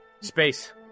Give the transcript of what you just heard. Space